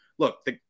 Look